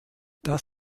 das